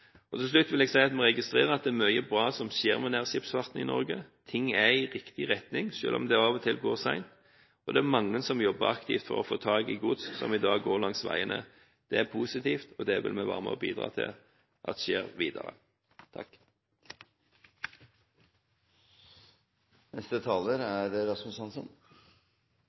Til slutt vil jeg si at vi registrerer at det er mye bra som skjer med nærskipsfarten i Norge. Ting går i riktig retning, selv om det av og til går sent, og det er mange som jobber aktivt for å få tak i gods som i dag går langs veiene. Det er positivt, og det vil vi være med og bidra til at skjer videre.